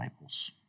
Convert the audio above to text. Bibles